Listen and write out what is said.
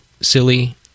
silly